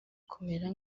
kumera